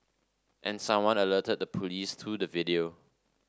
and someone alerted the police to the video